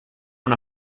una